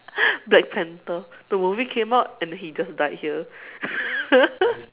black panther the movie came out and then he just died here